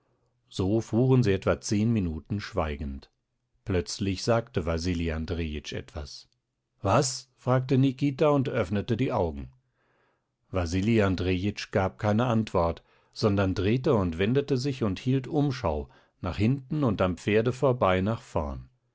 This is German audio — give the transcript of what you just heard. so fuhren sie etwa zehn minuten schweigend plötzlich sagte wasili andrejitsch etwas was fragte nikita und öffnete die augen wasili andrejitsch gab keine antwort sondern drehte und wendete sich und hielt umschau nach hinten und am pferde vorbei nach vorn